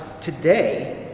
today